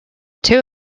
two